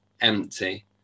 empty